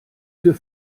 für